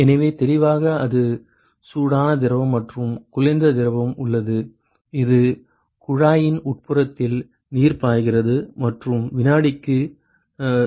எனவே தெளிவாக அது சூடான திரவம் மற்றும் குளிர்ந்த திரவம் உள்ளது இது குழாயின் உட்புறத்தில் நீர் பாய்கிறது மற்றும் வினாடிக்கு 0